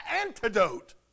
antidote